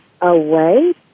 away